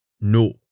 No